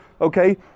Okay